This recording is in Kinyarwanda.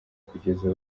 kugeza